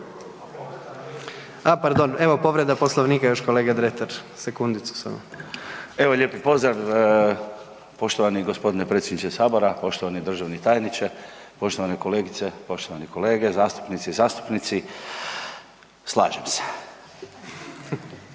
A pardon, povreda Poslovnika još kolega DRetar. **Dretar, Davor (DP)** Evo lijepi pozdrav, poštovani gospodine predsjedniče Sabora, poštovani državni tajniče, poštovane kolegice, poštovane kolege zastupnice i zastupnici. Slažem se.